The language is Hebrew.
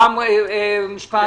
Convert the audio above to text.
רם בן ברק, משפט.